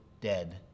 dead